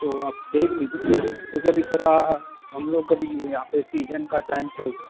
तो आप देख लीजिए क्योंकि अभी थोड़ा हम लोग का भी यहाँ पर सीजन का टाइम चल रहा